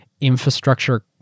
infrastructure